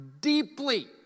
deeply